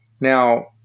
Now